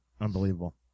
Unbelievable